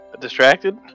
distracted